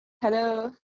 Hello